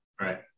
right